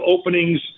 openings